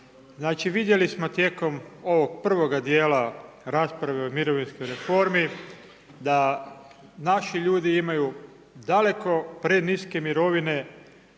Znači vidjeli smo tijekom ovog prvoga dijela rasprave o mirovinskoj reformi da naši ljudi imaju daleko preniske mirovine,